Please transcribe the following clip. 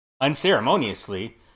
unceremoniously